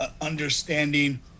understanding